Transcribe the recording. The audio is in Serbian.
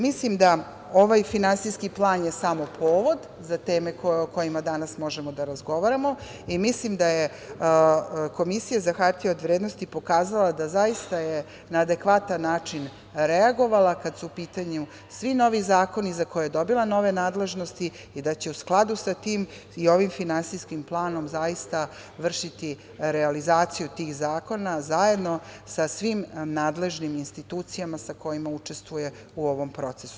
Mislim da je ovaj finansijski plan samo povod za teme o kojima danas možemo da razgovaramo i da je Komisija za hartije od vrednosti pokazala da je zaista na adekvatan način reagovala kada su u pitanju svi novi zakoni za koje je dobila nove nadležnosti i da će u skladu sa tim i ovim finansijskim planom zaista vršiti realizaciju tih zakona, zajedno sa svim nadležnim institucijama sa kojima učestvuje u ovom procesu.